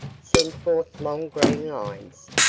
send forth long green lines,